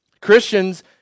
Christians